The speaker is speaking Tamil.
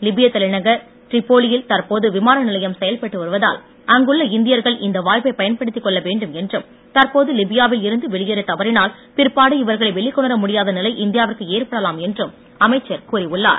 லிபிய தலைநகர் டிரிப்போலியில் தற்போது விமான நிலையம் செயல்பட்டு வருவதால் அங்குள்ள இந்தியர்கள் இந்த வாய்ப்பை பயன்படுத்திக் கொள்ள வேண்டும் என்றும் தற்போது லிபியாவில் இருந்து வெளியேறத் தவறினால் பிற்பாடு இவர்களை வெளிக்கொணர முடியாத நிலை இந்தியாவிற்கு ஏற்படலாம் என்றும் அமைச்சர் கூறியுள்ளார்